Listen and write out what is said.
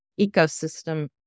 ecosystem